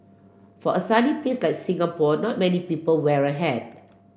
for a sunny place like Singapore not many people wear a hat